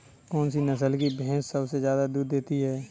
कौन सी नस्ल की भैंस सबसे ज्यादा दूध देती है?